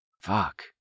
Fuck